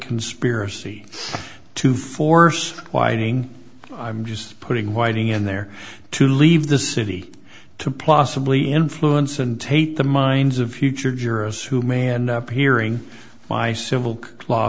conspiracy to force widening i'm just putting whiting in there to leave the city to plus obliquely influence and tape the minds of future jurors who may end up hearing my civil law